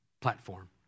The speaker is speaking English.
platform